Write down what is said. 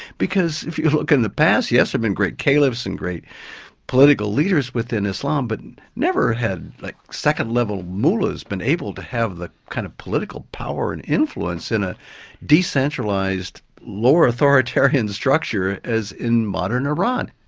because if you look in the past, yes there have been great caliphs and great political leaders within islam but and never had like second level mullahs been able to have the kind of political power and influence in a decentralised lower authoritarian structure as in modern iran.